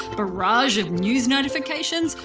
barrage of news notifications,